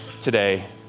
today